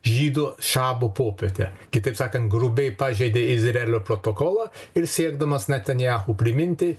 žydų šabo popietę kitaip sakan grubiai pažeidė izraelio protokolą ir siekdamas netanyahu priminti